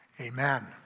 amen